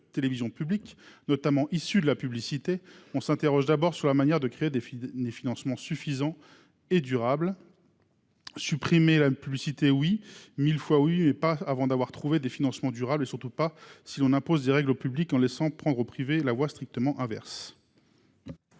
télévision publique notamment issus de la publicité, on s'interroge, d'abord sur la manière de créer des des financements suffisant et durable. Supprimer la publicité oui 1000 fois oui mais pas avant d'avoir trouvé des financements durables et surtout pas si l'on impose des règles au public en laissant prendre au privé la voie strictement inverse.